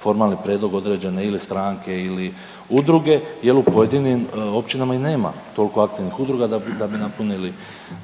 formalni prijedlog određene ili stranke ili udruge jer u pojedinim općinama i nema toliko aktivnih udruga, da bi